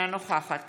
אינה נוכחת